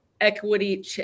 equity